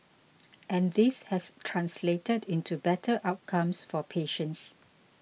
and this has translated into better outcomes for patients